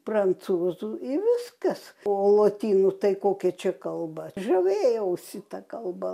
prancūzų ir viskas o lotynų tai kokia čia kalba žavėjausi ta kalba